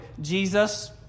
Jesus